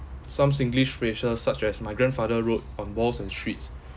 some singlish phrases such as my grandfather road on walls and streets